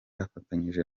afatanyije